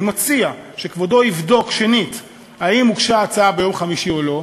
אני מציע שכבודו יבדוק שנית אם הוגשה הצעה ביום חמישי או לא,